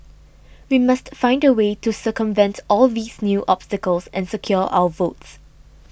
we must find a way to circumvent all these new obstacles and secure our votes